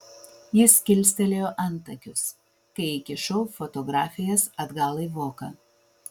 jis kilstelėjo antakius kai įkišau fotografijas atgal į voką